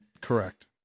Correct